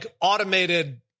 automated